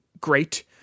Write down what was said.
great